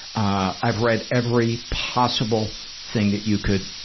i've read every possible thing that you could,